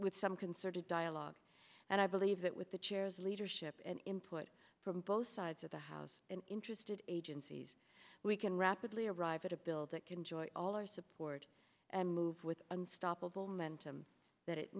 with some concerted dialog and i believe that with the chairs leadership and input from both sides of the house and interested agencies we can rapidly arrive at a bill that can join all our support and move with unstoppable momentum that it